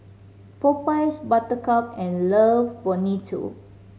Popeyes Buttercup and Love Bonito